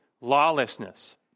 lawlessness